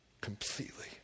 completely